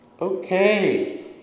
Okay